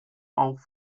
auch